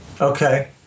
Okay